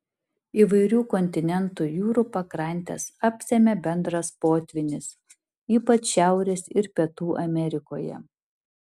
įvairių kontinentų jūrų pakrantes apsemia bendras potvynis ypač šiaurės ir pietų amerikoje